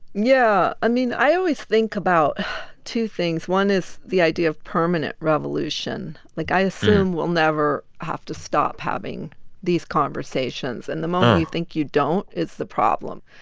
yeah. i mean, i always think about two things. one is the idea of permanent revolution. like, i assume we'll never have to stop having these conversations. and the moment you think you don't is the problem.